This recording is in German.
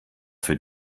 für